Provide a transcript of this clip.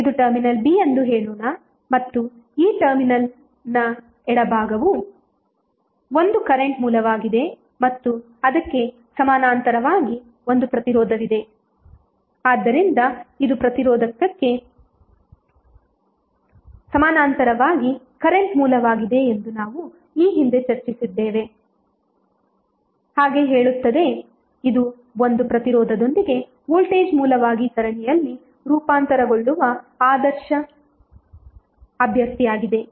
ಇದು terminal B ಎಂದು ಹೇಳೋಣ ಮತ್ತು ಈ ಟರ್ಮಿನಲ್ನ ಎಡಭಾಗವು ಒಂದು ಕರೆಂಟ್ ಮೂಲವಾಗಿದೆ ಮತ್ತು ಅದಕ್ಕೆ ಸಮಾನಾಂತರವಾಗಿ ಒಂದು ಪ್ರತಿರೋಧವಿದೆ ಆದ್ದರಿಂದ ಇದು ಪ್ರತಿರೋಧಕ್ಕೆ ಸಮಾನಾಂತರವಾಗಿ ಕರೆಂಟ್ ಮೂಲವಾಗಿದೆ ಎಂದು ನಾವು ಈ ಹಿಂದೆ ಚರ್ಚಿಸಿದ್ದಕ್ಕೆ ಹೋಲುತ್ತದೆ ಇದು ಒಂದು ಪ್ರತಿರೋಧದೊಂದಿಗೆ ವೋಲ್ಟೇಜ್ ಮೂಲವಾಗಿ ಸರಣಿಯಲ್ಲಿ ರೂಪಾಂತರಗೊಳ್ಳುವ ಆದರ್ಶ ಅಭ್ಯರ್ಥಿಯಾಗಿದೆ